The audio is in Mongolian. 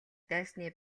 дайсны